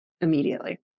immediately